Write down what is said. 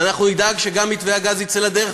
ואנחנו נדאג שגם מתווה הגז יצא לדרך,